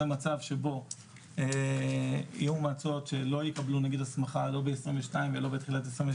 זה מצב שבו יהיו מועצות שלא יקבלו הסמכה לא ב-2022 ולא ב-2023.